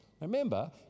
Remember